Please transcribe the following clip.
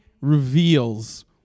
reveals